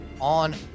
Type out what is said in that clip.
on